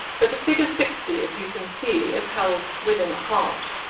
but the figure sixty, as you can see, is held within a heart,